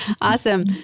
Awesome